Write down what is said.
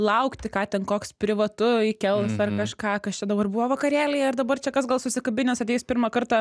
laukti ką ten koks privatu įkels ar kažką kas čia dabar buvo vakarėlyje ir dabar čia kas gal susikabinęs ateis pirmą kartą